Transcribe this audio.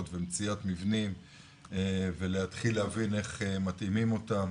ומציאת מבנים ולהתחיל להבין איך מתאימים אותם.